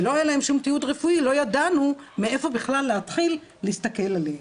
ולא היה להם שום תיעוד רפואי לא ידענו מאיפה בכלל להתחיל להסתכל עליהם.